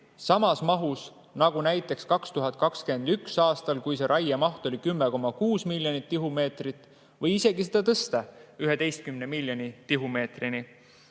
samas mahus nagu näiteks 2021. aastal, kui see raiemaht oli 10,6 miljonit tihumeetrit, või isegi seda tõsta 11 miljoni tihumeetrini.